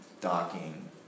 docking